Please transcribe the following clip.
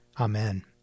Amen